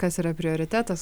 kas yra prioritetas